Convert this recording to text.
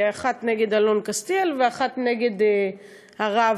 אחת נגד אלון קסטיאל ואחת נגד הרב,